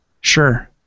Sure